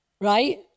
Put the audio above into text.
Right